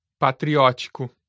patriótico